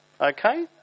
okay